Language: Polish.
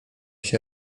się